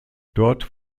dort